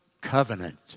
covenant